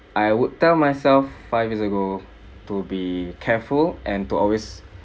I would tell myself five years ago to be careful and to always